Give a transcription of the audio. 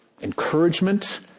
encouragement